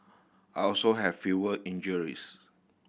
I also have fewer injuries